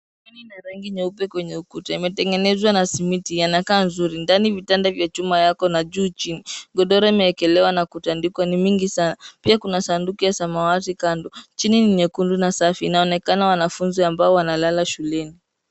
Mani ina rangi nyeupe kwenye ukuta imetengenezwa na simiti, yanakaa nzuri ndani vitanda vya chuma yako na juu chini. Godoro imekelewa na kutandikwa ni mingi sana. Pia kuna sanduku ya samawati kando. Chini ni nyekundu na safi, inaonekana wanafunzi ambao wanalala shuleni.